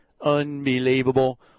unbelievable